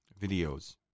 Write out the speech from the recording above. videos